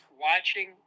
watching